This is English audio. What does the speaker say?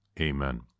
Amen